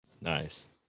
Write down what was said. nice